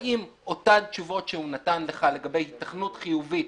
האם אותן תשובות שהוא נתן לך לגבי היתכנות חיובית